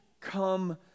come